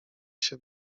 się